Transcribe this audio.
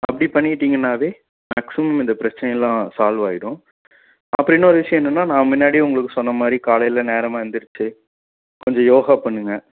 அப்படி பண்ணிக்கிட்டிங்கன்னாவே மேக்ஸிமம் இந்த பிரச்சினையெல்லாம் சால்வ் ஆகிடும் அப்புறம் இன்னொரு விஷயம் என்னென்னால் நான் முன்னாடியே உங்களுக்கு சொன்னமாதிரி காலையில் நேரமாக எழுந்துரிச்சி கொஞ்சம் யோகா பண்ணுங்கள்